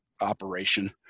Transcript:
operation